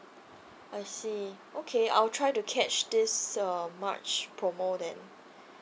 I see okay I'll try to catch this uh march promo then